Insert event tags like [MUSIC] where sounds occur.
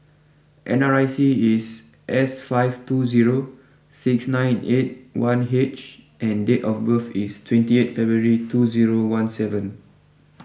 N R I C is S five two zero six nine eight one H and date of birth is twenty eight February two zero one seven [NOISE]